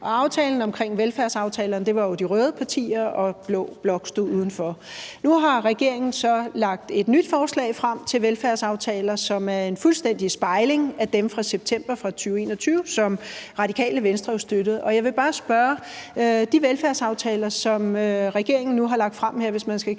Aftalen om velfærdsaftalerne var jo de røde partier, og blå blok stod udenfor. Nu har regeringen så lagt et nyt forslag frem til velfærdsaftaler, som er en fuldstændig spejling af dem fra september 2021, som Radikale Venstre jo støttede. Og jeg vil bare spørge: Støtter Radikale Venstre de velfærdsaftaler, som regeringen nu har lagt frem her, man kan kalde det